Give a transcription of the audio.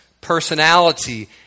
personality